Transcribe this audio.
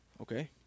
Okay